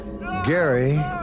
Gary